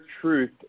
truth